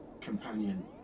companion